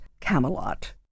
Camelot